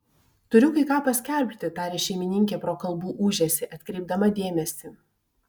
turiu kai ką paskelbti tarė šeimininkė pro kalbų ūžesį atkreipdama dėmesį